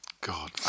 God